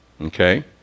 okay